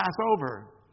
Passover